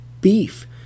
beef